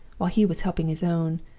while he was helping his own,